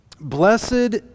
Blessed